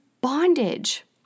bondage